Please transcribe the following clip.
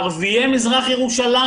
ערביי מזרח ירושלים